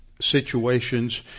situations